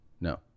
No